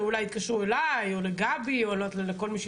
שאולי יתקשרו אליי או לגבי או למוסי,